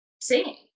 singing